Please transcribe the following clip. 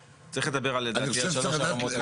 צריך לדבר, לדעתי, על שלוש הרמות הקשות.